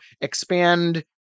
expand